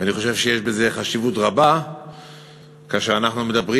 ואני חושב שיש בזה חשיבות רבה כאשר אנחנו מדברים